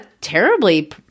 terribly